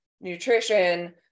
nutrition